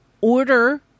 order